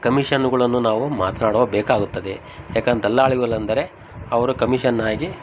ಕಮಿಷನ್ಗಳನ್ನು ನಾವು ಮಾತನಾಡುವ ಬೇಕಾಗುತ್ತದೆ ಯಾಕಂದ್ರ್ ದಲ್ಲಾಳಿಗಳಂದರೆ ಅವರು ಕಮಿಷನ್ನಾಗಿ